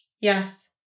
Yes